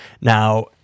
Now